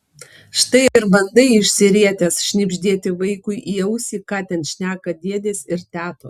štai ir bandai išsirietęs šnibždėti vaikui į ausį ką ten šneka dėdės ir tetos